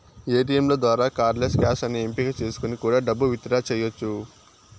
ఏటీయంల ద్వారా cardless cash అనే ఎంపిక చేసుకొని కూడా డబ్బు విత్ డ్రా చెయ్యచ్చు